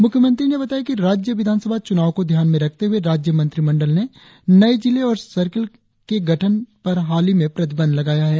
मुख्यमंत्री ने बताया कि राज्य विधानसभा चुनाव को ध्यान में रखते हुए राज्य मंत्रिमंडल ने नये जिले और सर्कल के गठन पर हाल ही में प्रतिबंध लगाया है